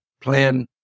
plan